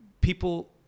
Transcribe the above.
People